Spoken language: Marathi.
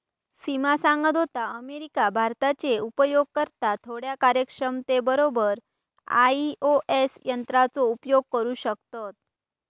सिमा सांगत होता, अमेरिका, भारताचे उपयोगकर्ता थोड्या कार्यक्षमते बरोबर आई.ओ.एस यंत्राचो उपयोग करू शकतत